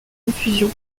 confusion